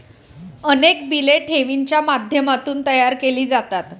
अनेक बिले ठेवींच्या माध्यमातून तयार केली जातात